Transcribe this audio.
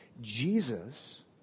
Jesus